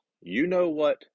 you-know-what